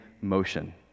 motion